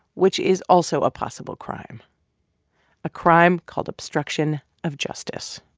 which is also a possible crime a crime called obstruction of justice